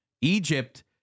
Egypt